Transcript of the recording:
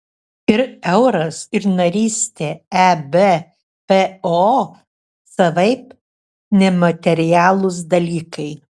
ir euras ir narystė ebpo savaip nematerialūs dalykai